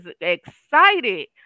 excited